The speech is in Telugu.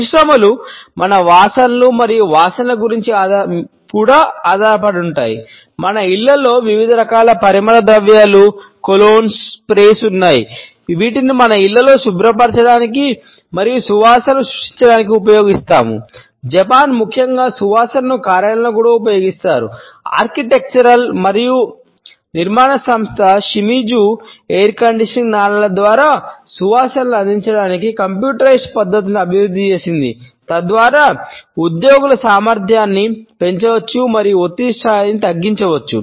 పరిశ్రమలు మన వాసనలు మరియు వాసనల గురించి కూడా ఆధారపడి ఉంటాయి మన ఇళ్ళలో వివిధ రకాల పరిమళ ద్రవ్యాలు కొలోన్లు పద్ధతులను అభివృద్ధి చేసింది తద్వారా ఉద్యోగుల సామర్థ్యాన్ని పెంచవచ్చు మరియు ఒత్తిడి స్థాయిని తగ్గించవచ్చు